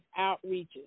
outreaches